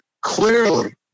Clearly